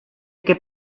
que